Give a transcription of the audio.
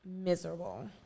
miserable